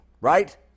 Right